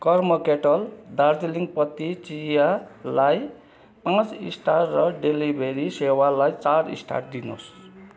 Karma Kettle Darjeeling पत्ती चियालाई पाँच स्टार र डेलिभरी सेवालाई चार स्टार दिनुहोस्